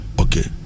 okay